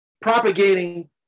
propagating